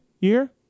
year